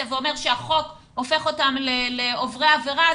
ואומר שהחוק הופך אותם לעוברי עבירה,